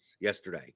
yesterday